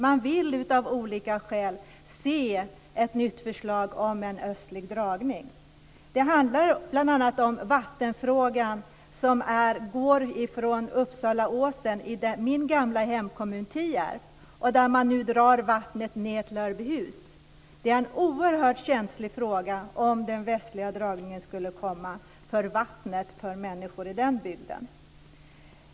Man vill av olika skäl se ett nytt förslag om en östlig dragning. Det handlar bl.a. om vattenfrågan, från Uppsalaåsen i min gamla hemkommun Tierp till Örbyhus. Om det blir den västliga dragningen blir det en oerhört känslig fråga angående vattnet för människor i den bygden.